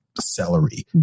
celery